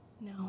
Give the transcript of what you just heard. no